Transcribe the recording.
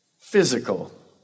physical